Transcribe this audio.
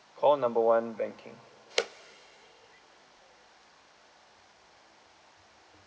call number one banking